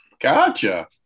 Gotcha